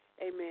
Amen